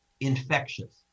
infectious